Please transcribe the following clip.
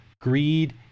greed